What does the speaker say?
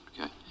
okay